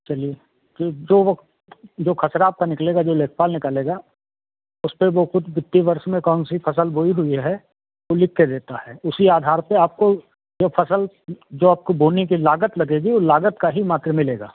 चलिए कि जो वो जो खसरा आपका निकलेगा जो लेखपाल निकालेगा उसमें वो खुद वित्तीय वर्ष में कौन सी फसल बोई हुई है वो लिख के देता है उसी आधार पर आपको जो फसल जो आपको बोने कि जो लागत लगेगी वो लागत का ही मात्र मिलेगा